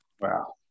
Wow